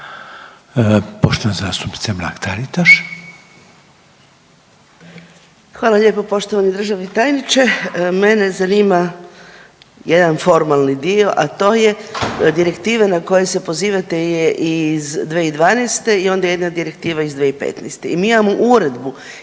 Poštovana zastupnica Mrak Taritaš.